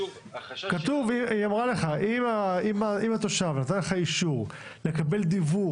היא אמרה לך: אם התושב נתן לך אישור לקבל דיוור